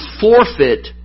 forfeit